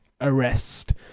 arrest